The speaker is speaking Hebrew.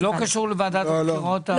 זה לא קשור לוועדת הבחירות הכלליות?